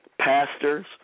Pastors